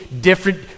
different